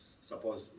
suppose